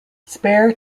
spare